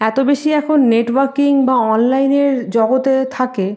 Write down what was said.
এত বেশি এখন নেটওয়ার্কিং বা অনলাইনের জগতে থাকে